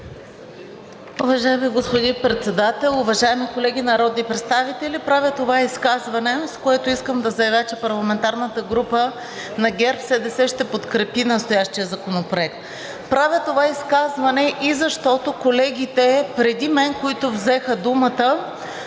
Уважаеми господин Председател, уважаеми колеги народни представители! Правя това изказване, с което искам да заявя, че парламентарната група на ГЕРБ-СДС ще подкрепи настоящия законопроект. Правя това изказване и защото колегите преди мен, които взеха думата,